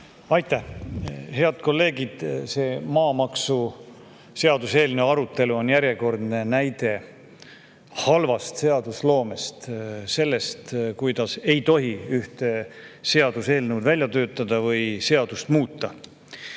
Aitäh! Head kolleegid! See maamaksuseaduse eelnõu arutelu on järjekordne näide halvast seadusloomest, sellest, kuidas ei tohi ühte seaduseelnõu välja töötada või seadust muuta.